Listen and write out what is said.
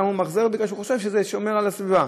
אלא הוא ממחזר בגלל שהוא חושב שזה שומר על הסביבה.